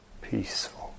Peaceful